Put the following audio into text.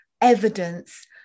evidence